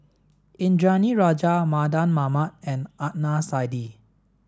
Indranee Rajah Mardan Mamat and Adnan Saidi